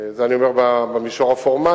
זה אני אומר במישור הפורמלי,